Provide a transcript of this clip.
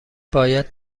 باید